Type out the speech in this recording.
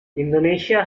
indonesia